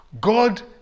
God